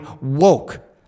woke